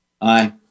aye